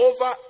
over